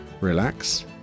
relax